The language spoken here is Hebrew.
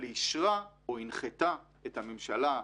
אבל היא אישרה או הנחתה את הממשלה,